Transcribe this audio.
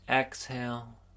Exhale